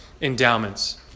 endowments